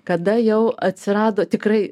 kada jau atsirado tikrai